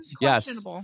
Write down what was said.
yes